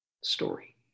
story